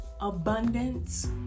abundance